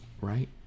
right